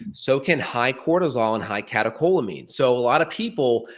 so can high cortisol and high catecholamine. so, a lot of people,